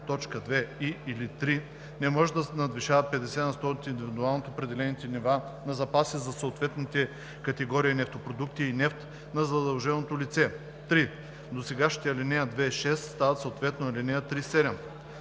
1, т. 2 и/или 3 не може да надвишава 50 на сто от индивидуално определените нива на запаси за съответните категории нефтопродукти и нефт на задълженото лице.“ 3. Досегашните ал. 2 – 6 стават съответно ал. 3 – 7.